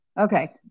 Okay